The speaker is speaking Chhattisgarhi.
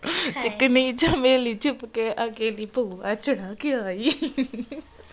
खरेटा ल छत्तीसगढ़ के हर किसान मन के घर म लोगन मन ह कोठा ल खरहेरे बर अउ गली घोर ल खरहेरे बर बउरथे